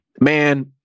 Man